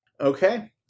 Okay